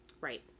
right